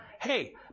Hey